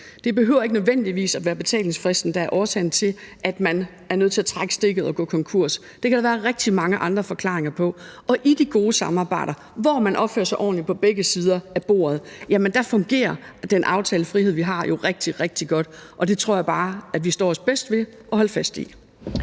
Det behøver ikke nødvendigvis at være betalingsfristen, der er årsagen til, at man er nødt til at trække stikket og gå konkurs. Det kan der være rigtig mange andre forklaringer på. I de gode samarbejder, hvor man opfører sig ordentligt på begge sider af bordet, fungerer den aftalefrihed, vi har, jo rigtig, rigtig godt. Det tror jeg bare vi står os bedst ved at holde fast i.